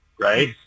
right